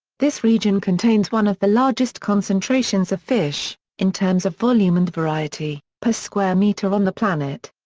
this region contains one of the largest concentrations of fish, in terms of volume and variety, per square meter on the planet.